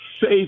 safe